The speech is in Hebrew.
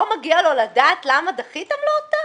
לא מגיע לו לדעת למה דחיתם לו אותה?